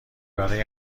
برای